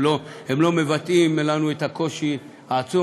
הם לא מבטאים לנו את הקושי העצום,